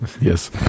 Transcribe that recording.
Yes